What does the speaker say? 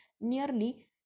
Nearly